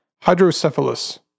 hydrocephalus